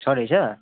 छ रहेछ